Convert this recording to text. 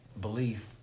belief